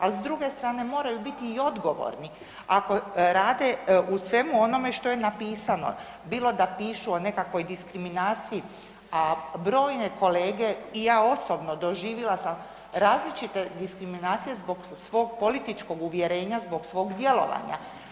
Ali s druge strane moraju biti i odgovorni ako rade u svemu onome što je napisano, bilo da pišu o nekakvoj diskriminaciji, a brojne kolege i ja osobno doživila sam različite diskriminacije zbog svog političkog uvjerenja, zbog svog djelovanja.